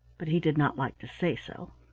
but he did not like to say so.